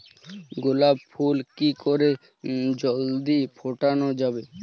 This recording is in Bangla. গোলাপ ফুল কি করে জলদি ফোটানো যাবে?